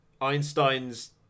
einstein's